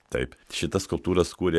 taip šitas skulptūras kūrė